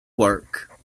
work